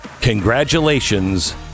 Congratulations